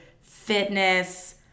fitness